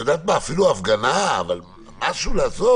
את יודעת מה, אפילו הפגנה, אבל משהו לעשות.